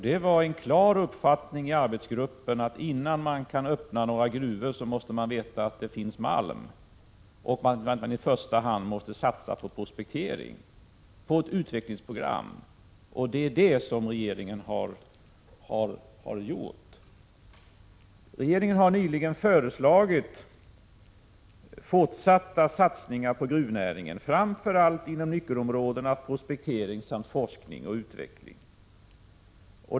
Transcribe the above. Det var en klar uppfattning i arbetsgruppen att innan man öppnar några gruvor måste man veta att det finns malm samt att man i första hand måste satsa på prospektering och få ett utvecklingsprogram. Detta har regeringen gjort. Regeringen har nyligen föreslagit fortsatta satsningar på gruvnäringen, framför allt inom nyckelområdena prospektering samt forskning och utveckling.